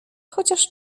chociaż